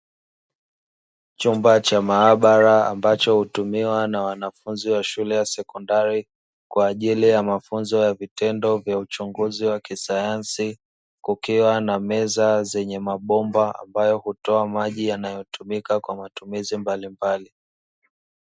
Chumba cha maabara, ambacho hutumiwa na wanafunzi wa shule ya sekondari kwa ajili ya mafunzo ya vitendo vya uchunguzi wa kisayansi, kukiwa na meza zenye mabomba ambayo hutoa maji yanayotumika kwa matumizi mbalimbali.